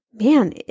Man